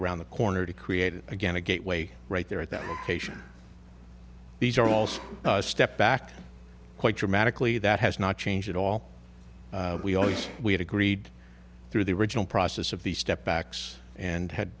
around the corner to create it again a gateway right there at that location these are also a step back quite dramatically that has not changed at all we always we had agreed through the original process of the step backs and had